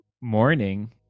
morning